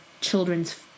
children's